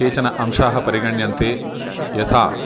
केचन अंशाः परिगण्यन्ते यथा